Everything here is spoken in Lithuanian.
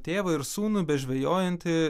tėvą ir sūnų bežvejojantį